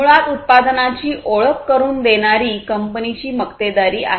मुळात उत्पादनाची ओळख करुन देणारी कंपनीची मक्तेदारी आहे